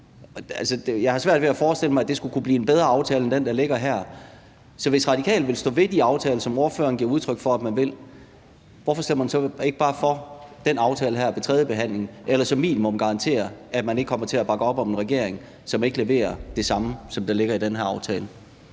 jeg har svært ved at forestille mig, at det skulle kunne blive en bedre aftale end den, der ligger her. Så hvis Radikale vil stå ved de aftaler, som ordføreren giver udtryk for at man vil, hvorfor stemmer man så ikke bare for den her aftale ved tredjebehandlingen eller som minimum garanterer, at man ikke kommer til at bakke op om en regering, som ikke leverer det samme, som der ligger i den her aftale?